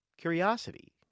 curiosity